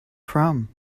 from